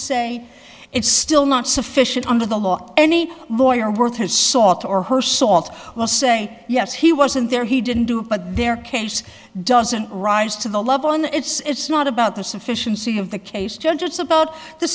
say it's still not sufficient under the law any boyer worth his salt or her salt will say yes he wasn't there he didn't do it but their case doesn't rise to the level and it's not about the sufficiency of the case judge it's about the